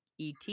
et